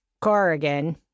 Corrigan